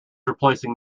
replacing